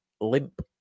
limp